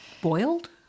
boiled